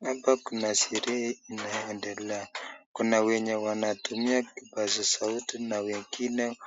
Hapa kuna sherehe inaendelea. Kuna wenye wanatumia kipaza sauti na wengine